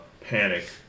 panic